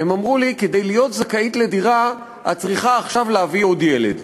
הם אמרו לי: כדי להיות זכאית לדירה את צריכה עכשיו להביא עוד ילד.